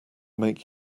make